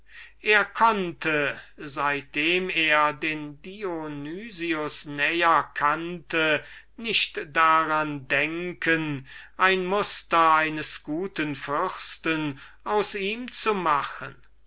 er konnte seit dem er den dionys näher kannte nicht daran denken ein muster eines guten fürsten aus ihm zu machen